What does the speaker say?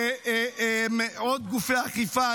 זה עוד גופי אכיפה.